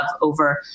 over